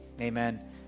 Amen